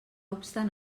obstant